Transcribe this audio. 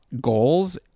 goals